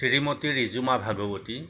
শ্ৰীমতী Rijuma ভাগৱতী